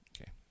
Okay